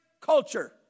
culture